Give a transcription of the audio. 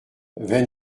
vain